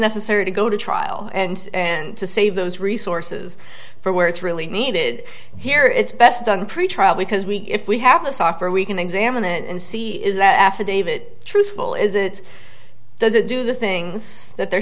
necessary to go to trial and and to save those resources for where it's really needed here it's best done pretrial because we if we have the software we can examine it and see is that affidavit truthful is it does it do the things that they're